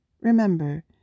Remember